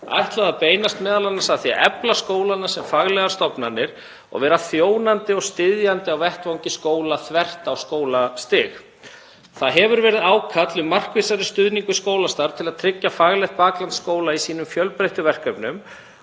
ætlað að beinast m.a. að því að efla skólana sem faglegar stofnanir og vera þjónandi og styðjandi á vettvangi skóla þvert á skólastig. Það hefur verið ákall um markvissari stuðning við skólastarf til að tryggja faglegt bakland skóla í sínum fjölbreyttu verkefnum